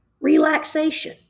relaxation